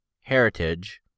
heritage